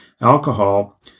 alcohol